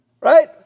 Right